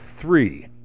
three